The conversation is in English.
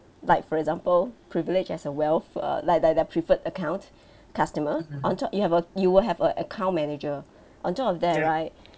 like for example privilege as a wealth err like that that preferred account customer on top you have a you will have a account manager on top of that right